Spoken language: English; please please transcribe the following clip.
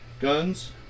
guns